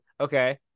okay